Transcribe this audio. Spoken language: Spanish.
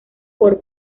por